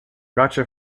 gotcha